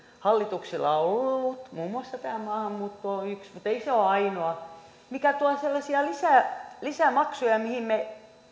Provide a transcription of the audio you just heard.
hallituksilla ollut muun muassa tämä maahanmuutto on yksi mutta ei se ole ainoa jotka tuovat sellaisia lisämaksuja joihin me